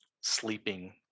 sleeping